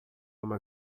uma